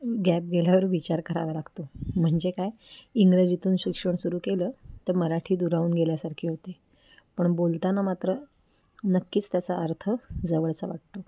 gap गेल्यावर विचार करावा लागतो म्हणजे काय इंग्रजीतून शिक्षण सुरू केलं तर मराठी दुरावून गेल्यासारखे होते पण बोलताना मात्र नक्कीच त्याचा अर्थ जवळचा वाटतो